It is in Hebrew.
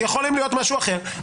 יכולים להיות משהו אחר.